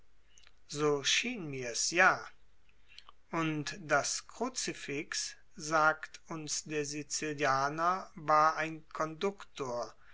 so schien mirs ja und das kruzifix sagt uns der sizilianer war ein